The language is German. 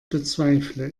bezweifle